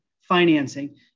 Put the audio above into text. financing